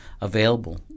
available